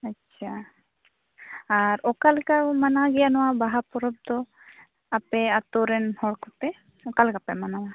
ᱟᱪᱪᱷᱟ ᱟᱨ ᱚᱠᱟᱞᱮᱠᱟ ᱯᱮ ᱢᱟᱱᱟᱣ ᱜᱮᱭᱟ ᱱᱚᱣᱟ ᱵᱟᱦᱟ ᱯᱚᱨᱚᱵᱽ ᱫᱚ ᱟᱯᱮ ᱟᱹᱛᱩ ᱨᱮᱱ ᱦᱚᱲ ᱠᱚᱛᱮ ᱚᱠᱟᱞᱮᱠᱟ ᱯᱮ ᱢᱟᱱᱟᱣᱟ